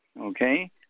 okay